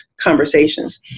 conversations